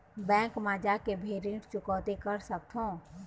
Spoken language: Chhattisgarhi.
बैंक मा जाके भी ऋण चुकौती कर सकथों?